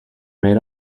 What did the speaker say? made